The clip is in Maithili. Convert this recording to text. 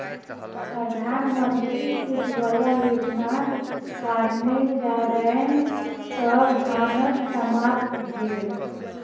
प्रधानमंत्री उज्ज्वला योजनाक कारणेँ जारैन सॅ भानस समाप्त भेल